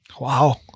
Wow